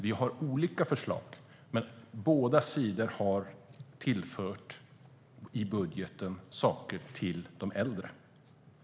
Vi har olika förslag, men båda sidor har i budgeten tillfört saker till de äldre.